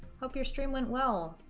hope your stream went well